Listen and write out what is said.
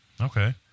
Okay